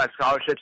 scholarships